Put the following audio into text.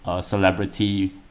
celebrity